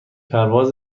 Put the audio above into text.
پرواز